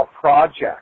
project